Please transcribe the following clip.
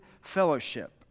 fellowship